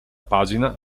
pagina